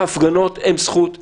ההפגנות הן זכות יסוד.